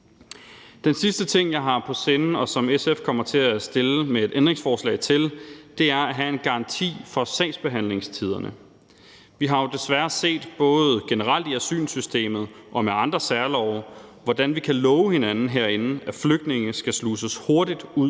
Den sidste ting, jeg har på sinde, og som SF kommer til at stille et ændringsforslag om, er at have en garanti for sagsbehandlingstiderne. Vi har jo desværre set, både generelt i asylsystemet og med andre særlove, hvordan vi kan love hinanden herinde, at flygtninge skal sluses hurtigt ud